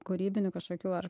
kūrybinių kažkokių ar